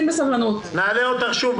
עורך הדין אלעד כהנא מקו לעובד, בבקשה.